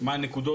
מה הנקודות,